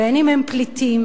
בין שהם פליטים?